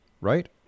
Right